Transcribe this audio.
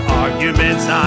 arguments